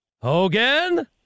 Hogan